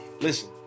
Listen